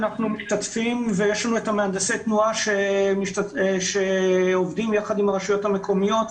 אנחנו משתתפים ויש לנו מהנדסי תנועה שעובדים יחד עם הרשויות המקומיות,